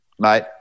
mate